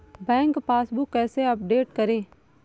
Bank passbook कैसे update करें?